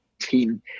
team